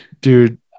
dude